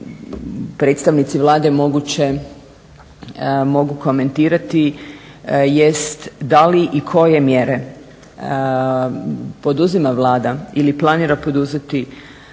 predstavnici Vlade moguće mogu komentirati jest da li i koje mjere poduzima Vlada ili planira poduzeti